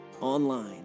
online